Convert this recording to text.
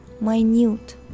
minute